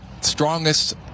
strongest